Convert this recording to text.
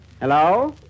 Hello